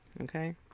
Okay